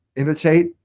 imitate